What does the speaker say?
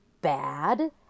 bad